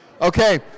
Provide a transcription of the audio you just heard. Okay